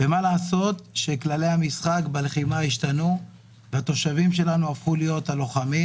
מה לעשות שכללי המשחק בלחימה השתנו והתושבים שלנו הפכו להיות הלוחמים,